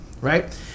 right